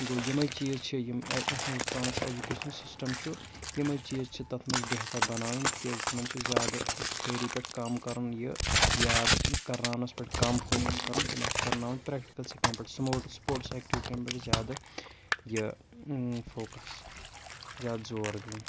گوٚو یِمَے چیٖز چھِ یِم اےٚ ہِندُستانَس اٮ۪جُکیشَن سِسٹَم چھُ یِمَے چیٖز چھِ تَتھ منٛز بہتر بَناوٕنۍ کیٛازِ تِمَن چھُ زیادٕ تھیری پٮ۪ٹھ کَم کَرُن یہِ یاد کرناونَس پٮ۪ٹھ کَم فوکَس کَرُن تِمَن چھُ کَرناوُن پرٛٮ۪کٹِکَل سِکِلَن پٮ۪ٹھ سٕموٹٕس وٕپوٹٕس اٮ۪کٹِوِٹِیَن پٮ۪ٹھ زیادٕ یہِ فوکَس زیادٕ زور دیُن